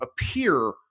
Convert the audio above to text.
appear